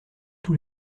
tous